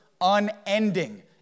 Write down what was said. unending